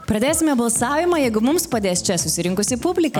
pradėsime balsavimą jeigu mums padės čia susirinkusi publika